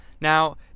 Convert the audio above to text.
Now